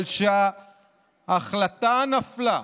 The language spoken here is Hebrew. אבל כשההחלטה נפלה,